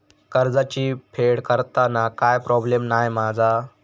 कर्जाची फेड करताना काय प्रोब्लेम नाय मा जा?